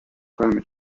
climate